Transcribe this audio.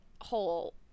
whole